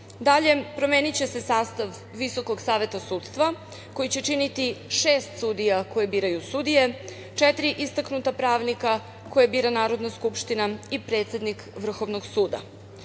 promeniće se sastav Visokog saveta sudstva koji će činiti šest sudija koje biraju sudije, četiri istaknuta pravnika koje bira Narodna skupština i predsednik Vrhovnog suda.